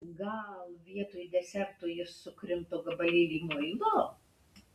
gal vietoj deserto jis sukrimto gabalėlį muilo